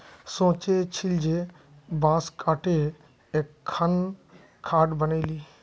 सोचे छिल जे बांस काते एकखन खाट बनइ ली